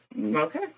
Okay